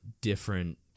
different